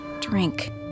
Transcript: Drink